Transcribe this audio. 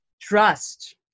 trust